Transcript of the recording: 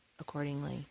accordingly